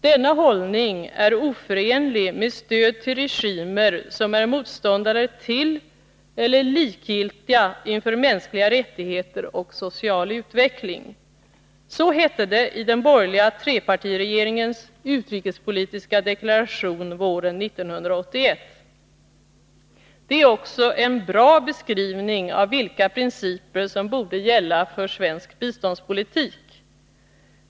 Denna hållning är oförenlig med stöd till regimer som är motståndare till eller likgiltiga inför mänskliga rättigheter och social utveckling.” Så hette det i den borgerliga trepartiregeringens utrikespolitiska deklaration våren 1981. Det är också en bra beskrivning av vilka principer som borde gälla för svensk biståndspolitik.